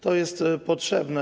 To jest potrzebne.